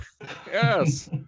Yes